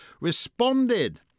responded